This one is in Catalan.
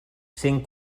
cent